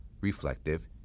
reflective